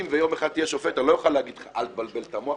אם יום אחד תהיה שופט אני לא אוכל להגיד לך: אל תבלבל את המוח,